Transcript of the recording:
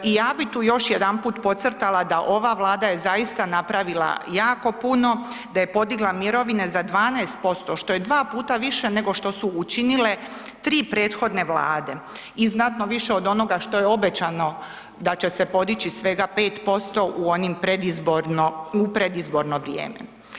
I ja bi tu još jedanput podcrtala da ova Vlada je zaista napravila jako puno, da je podigla mirovine za 12%, što je dva puta više nego što su učinile 3 prethodne Vlade i znatno više od onoga što je obećano da će se podići svega 5% u onim predizborno, u predizborno vrijeme.